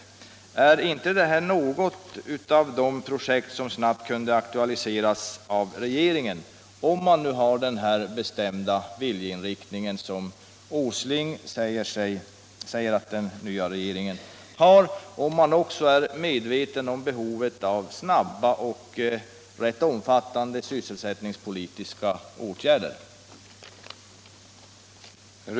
Kan inte de utgöra några av de projekt som snabbt skulle kunna aktualiseras av regeringen - om den nu har den bestämda viljeinriktning som herr Åsling säger att den nya regeringen har och om den också är medveten om behovet av snabba och rätt omfattande sysselsättningspolitiska åtgärder?